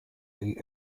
the